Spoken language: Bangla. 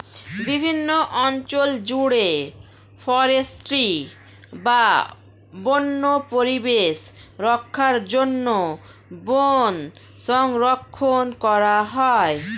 বিভিন্ন অঞ্চল জুড়ে ফরেস্ট্রি বা বন্য পরিবেশ রক্ষার জন্য বন সংরক্ষণ করা হয়